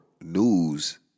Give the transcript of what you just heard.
news